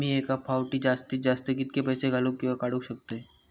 मी एका फाउटी जास्तीत जास्त कितके पैसे घालूक किवा काडूक शकतय?